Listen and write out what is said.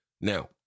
Now